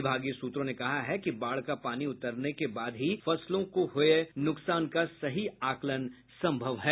विभागीय सूत्रों ने कहा कि बाढ़ का पानी उतरने के बाद ही फसलों को हुए नुकसान का सही आकलन संभव है